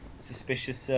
suspicious